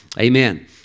Amen